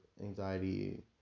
anxiety